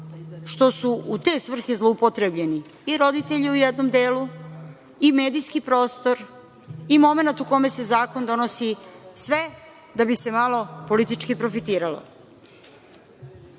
što su u te svrhe zloupotrebljeni i roditelji u jednom delu i medijski prostor i momenat u kome se zakon donosi, sve da bi se malo politički profitiralo. Moram